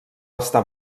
està